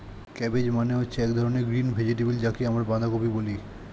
cabbage মানে হচ্ছে এক ধরনের গ্রিন ভেজিটেবল যাকে আমরা বাঁধাকপি বলি